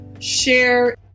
Share